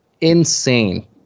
Insane